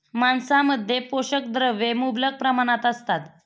मांसामध्ये पोषक द्रव्ये मुबलक प्रमाणात असतात